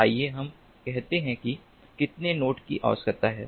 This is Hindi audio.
आइए हम कहते हैं कि कितने नोड्स की आवश्यकता है